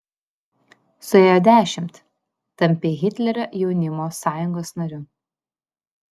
suėjo dešimt tampi hitlerio jaunimo sąjungos nariu